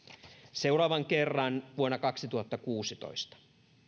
seuraavan kerran vuonna kaksituhattakuusitoista